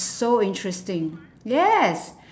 so interesting yes